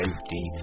safety